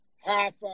half